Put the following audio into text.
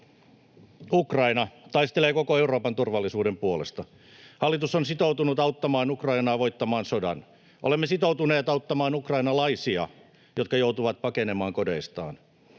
Ukraina taistelee koko Euroopan turvallisuuden puolesta. Hallitus on sitoutunut auttamaan Ukrainaa voittamaan sodan. Olemme sitoutuneet auttamaan ukrainalaisia, jotka joutuvat pakenemaan kodeistaan.